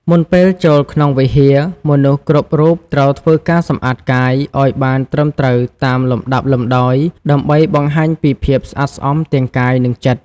មុនពេលចូលក្នុងវិហារ មនុស្សគ្រប់រូបត្រូវធ្វើការសម្អាតកាយ ឱ្យបានត្រឹមត្រូវតាមលំដាប់លំដោយ ដើម្បីបង្ហាញពីភាពស្អាតស្អំទាំងកាយ និងចិត្ត។